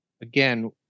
Again